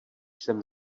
jsem